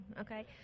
okay